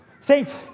Saints